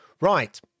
right